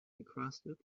encrusted